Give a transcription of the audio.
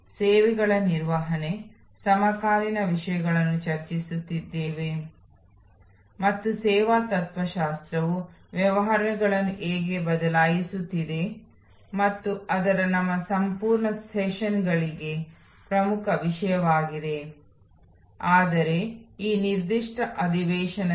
ಸಮಕಾಲೀನ ಜಗತ್ತಿನಲ್ಲಿ ಸೇವೆಗಳ ನಿರ್ವಹಣೆ ಮತ್ತು ಸಮಕಾಲೀನ ಸಮಸ್ಯೆಗಳು ಇದು ನಮ್ಮ ಸಂವಾದದ ನಾಲ್ಕನೇ ವಾರ ಇದು ನಾಲ್ಕನೇ ವಾರದ ಮೊದಲ ಅಧಿವೇಶನ